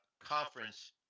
conference